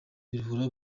biruhura